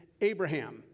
Abraham